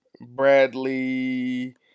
Bradley